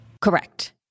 Correct